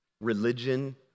religion